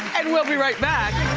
and we'll be right back.